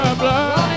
blood